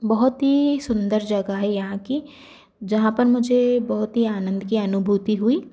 बहुत ही सुंदर जगह है यहाँ की जहाँ पर मुझे बहुत ही आनंद की अनुभूति हुई